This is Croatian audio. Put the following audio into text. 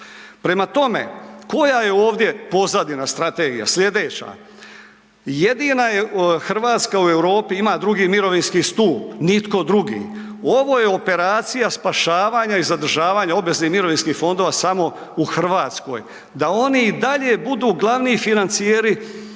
Prema tome, koja je ovdje pozadina, strategija, slijedeća. Jedina je, RH u Europi ima drugi mirovinski stup, nitko drugi. Ovo je operacija spašavanja i zadržavanja obaveznih mirovinskih fondova samo u RH, da oni i dalje budu glavni financijeri